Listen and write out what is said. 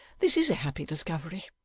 this is a happy discovery.